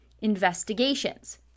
investigations